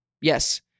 Yes